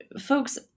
folks